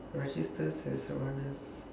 my sisters and someone else